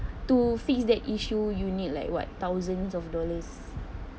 to face that issue you need like what thousands of dollars